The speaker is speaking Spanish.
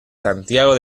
santiago